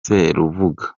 serubuga